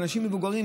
לאנשים מבוגרים,